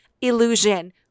illusion